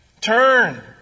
turn